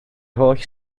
holl